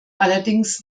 allerdings